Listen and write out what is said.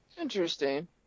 Interesting